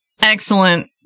excellent